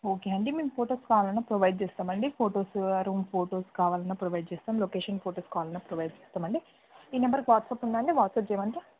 okay అండి మేము photos కావాలన్నా ప్రోవైడ్ చేస్తాము అండి ఫొటోస్ రూమ్ ఫొటోస్ కావాలన్నా ప్రోవైడ్ చేస్తాము అండి లొకేషన్ ఫొటోస్ కావాలన్నా ప్రోవైడ్ చేస్తాము అండి ఈ నెంబర్కి వాట్స్అప్ ఉందా అండి వాట్స్అప్ చెయ్యాలంటే